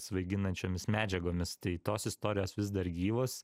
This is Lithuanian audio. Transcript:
svaiginančiomis medžiagomis tai tos istorijos vis dar gyvos